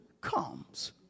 comes